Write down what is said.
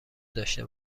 داشته